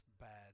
bad